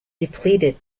depleted